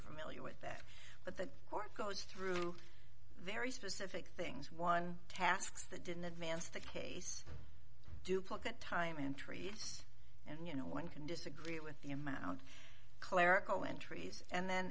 familiar with that but the court goes through very specific things one tasks that didn't advance the case duplicate time entries and you know one can disagree with the amount clerical entries and then